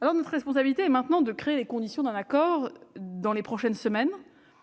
Notre responsabilité est maintenant de créer les conditions d'un accord dans les prochaines semaines